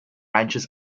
branches